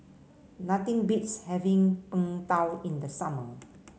nothing beats having Png Tao in the summer